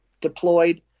deployed